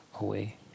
away